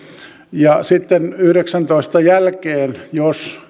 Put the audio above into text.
sitten vuoden yhdeksäntoista jälkeen jos